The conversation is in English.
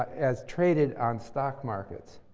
as traded on stock markets.